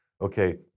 okay